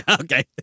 Okay